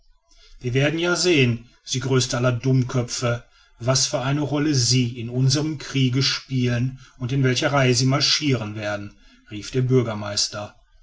wir werden ja sehen sie größter aller dummköpfe was für eine rolle sie in unserem kriege spielen und in welcher reihe sie marschiren werden rief der bürgermeister